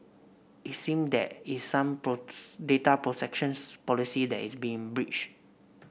it seem that is some data protections policy that is being breached